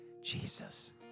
Jesus